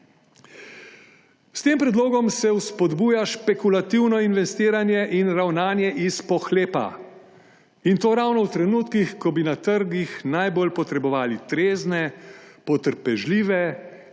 S tem predlogom se vzpodbuja špekulativno investiranje in ravnanje iz pohlepa. In to ravno v trenutkih, ko bi na trgih najbolj potrebovali trezne, potrpežljive